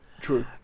True